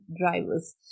drivers